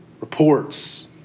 reports